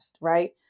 Right